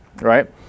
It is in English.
right